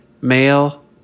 Male